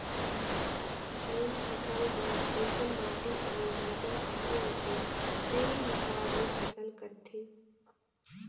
जेन फसल बर जइसन माटी अउ मउसम चाहिए होथे तेही हिसाब ले फसल करथे